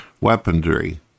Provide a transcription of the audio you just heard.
weaponry